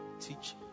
Teach